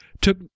took